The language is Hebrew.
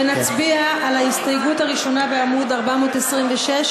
ונצביע על ההסתייגות הראשונה בעמוד 426,